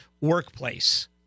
workplace